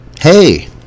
Hey